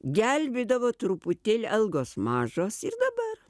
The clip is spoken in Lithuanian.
gelbėdavo truputėlį algos mažos ir dabar